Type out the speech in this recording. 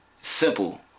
Simple